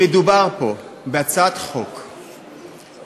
מדובר פה בהצעת חוק חברתית,